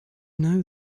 know